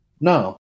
No